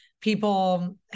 People